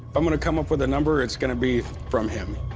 i'm going to come up with a number, it's going to be from him.